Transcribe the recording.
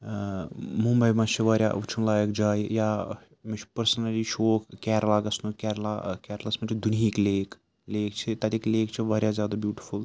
مُمبَے منٛز چھِ واریاہ وٕچھُن لایق جایہِ یا مےٚ چھُ پٔرسٕنٔلی شوق کیرلا گژھنُک کیرلا کیرلاہَس منٛز چھِ دُنہِکۍ لیک لیک چھِ تَتٕکۍ لیک چھِ واریاہ زیادٕ بیوٗٹِفُل